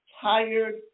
tired